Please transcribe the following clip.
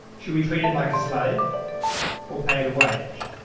shall we treat it like a slave or pay it a wage?